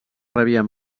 rebien